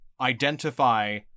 identify